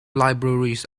libraries